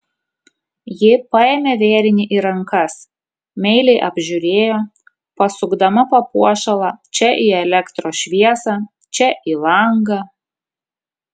ji paėmė vėrinį į rankas meiliai apžiūrėjo pasukdama papuošalą čia į elektros šviesą čia į langą